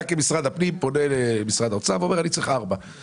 אתה כמשרד הפנים פונה למשרד האוצר ואומר שאתה צריך 4 מיליון שקלים.